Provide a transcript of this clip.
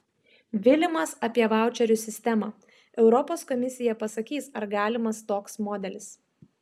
vilimas apie vaučerių sistemą europos komisija pasakys ar galimas toks modelis